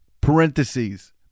parentheses